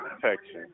protection